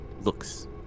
looks